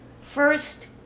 First